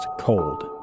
Cold